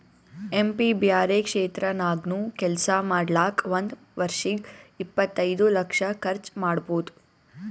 M P ಬ್ಯಾರೆ ಕ್ಷೇತ್ರ ನಾಗ್ನು ಕೆಲ್ಸಾ ಮಾಡ್ಲಾಕ್ ಒಂದ್ ವರ್ಷಿಗ್ ಇಪ್ಪತೈದು ಲಕ್ಷ ಕರ್ಚ್ ಮಾಡ್ಬೋದ್